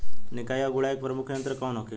निकाई और गुड़ाई के प्रमुख यंत्र कौन होखे?